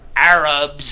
Arabs